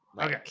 Okay